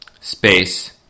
space